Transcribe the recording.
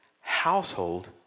household